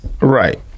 Right